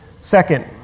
Second